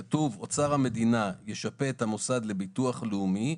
כתוב: אוצר המדינה ישפה את המוסד לביטוח לאומי.